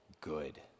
good